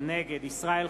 נגד ישראל חסון,